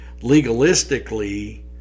legalistically